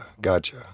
gotcha